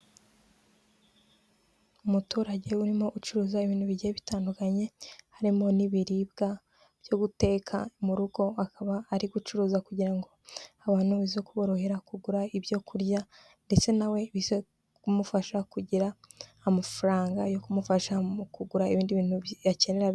Umuturage urimo ucuruza ibintu bigiye bitandukanye harimo n'ibiribwa byo guteka mu rugo akaba ari gucuruza kugira ngo abantu bize kuborohera kugura ibyo kurya ndetse na we bize kumufasha kugira amafaranga yo kumufasha mu kugura ibindi bintu akenera bi